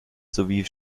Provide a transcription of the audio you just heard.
sowie